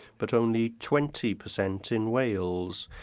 but only twenty per cent in wales.